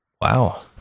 Wow